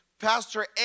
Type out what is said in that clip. Pastor